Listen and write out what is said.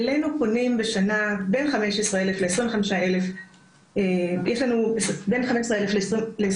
אלינו פונים בין 15,000 ל-25,000 פעמים בשנה,